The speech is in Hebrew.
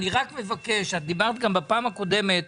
את דיברת גם בישיבה הקודמת.